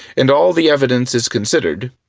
and all the evidence is considered,